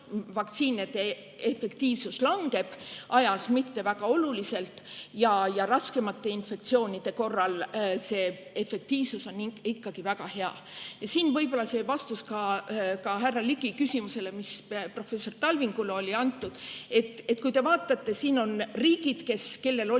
vaktsiinide efektiivsus langeb ajas, aga mitte väga oluliselt, ja raskemate infektsioonide korral on efektiivsus ikkagi väga hea. Siin on võib-olla vastus ka härra Ligi küsimusele, mille professor Talving juba andis. Kui te vaatate, siin on riigid, kellel oli